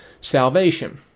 salvation